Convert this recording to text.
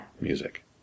music